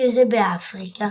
שזה באפריקה.